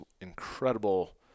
incredible